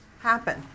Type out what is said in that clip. happen